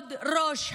כבוד ראש הממשלה.